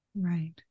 Right